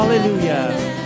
Hallelujah